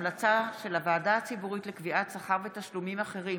המלצה של הוועדה הציבורית לקביעת שכר ותשלומים אחרים